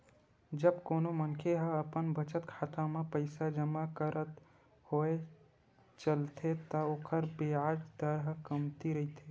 जब कोनो मनखे ह अपन बचत खाता म पइसा जमा करत होय चलथे त ओखर बियाज दर ह कमती रहिथे